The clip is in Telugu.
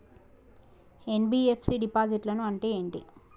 ఎన్.బి.ఎఫ్.సి డిపాజిట్లను అంటే ఏంటి?